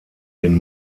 den